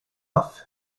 muff